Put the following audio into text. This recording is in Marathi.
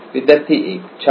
विद्यार्थी 1 छान